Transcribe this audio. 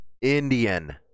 Indian